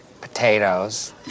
potatoes